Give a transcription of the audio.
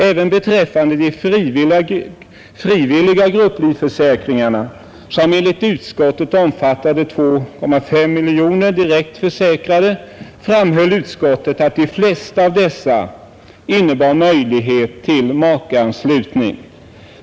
Även beträffande de frivilliga grupplivförsäkringarna, som enligt utskottet omfattade 2,5 miljoner direkt försäkrade, framhöll utskottet att de flesta av dessa innebar möjlighet till makeanslutning.